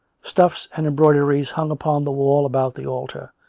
stuffs and embroideries hung upon the wall about the altar,